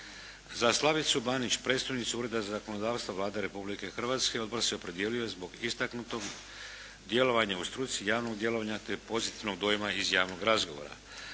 Za Slavicu Banić, predstojnicu U reda za zakonodavstvo Vlade Republike Hrvatske, odbor se opredijelio zbog istaknutog djelovanja u struci, javnog djelovanja te pozitivnog dojma iz javnog razgovora.